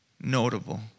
notable